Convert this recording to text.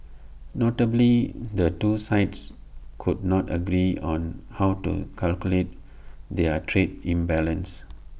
notably the two sides could not agree on how to calculate their trade imbalance